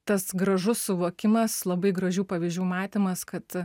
tas gražus suvokimas labai gražių pavyzdžių matymas kad